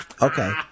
okay